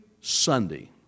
Sunday